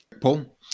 Paul